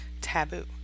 taboo